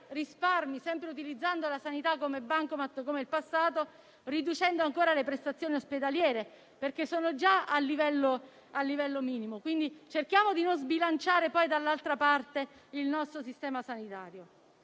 risparmi sempre utilizzando la sanità quasi fosse un bancomat come in passato, riducendo ancora le prestazioni ospedaliere, perché sono già al livello minimo. Cerchiamo quindi di non sbilanciare dall'altra parte il nostro sistema sanitario.